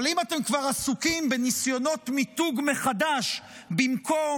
אבל אם אתם כבר עסוקים בניסיונות מיתוג מחדש במקום